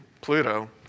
Pluto